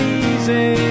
easy